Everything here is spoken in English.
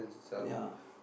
ya